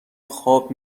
خواب